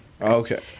Okay